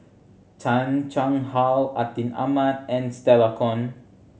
Chan Chang How Atin Amat and Stella Kon